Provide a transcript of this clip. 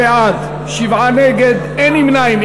בעד, 64, נגד, 7, אין נמנעים.